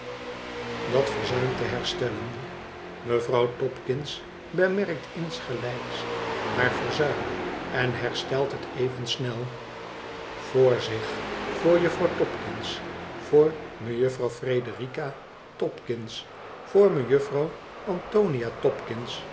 dat verzuim te herstellen mevrouw topkins bemerkt insgelijks haar verzuim en herstelt het even snel voor zich voor juffrouw topkins voor mejuffrouw frederika topkins voor mejuffrouw